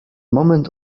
moment